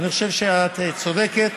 אני חושב שאת צודקת.